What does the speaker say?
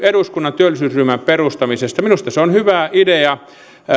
eduskunnan työllisyysryhmän perustamisesta minusta se on hyvä idea